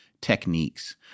techniques